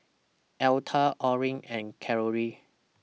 Electa Orrin and Carolee